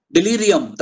Delirium